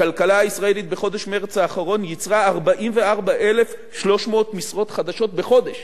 הכלכלה הישראלית בחודש מרס האחרון ייצרה 44,300 משרות חדשות בחודש,